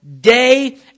day